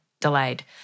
delayed